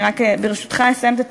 אני רק, ברשותך, אסיים את הטיעון.